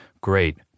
Great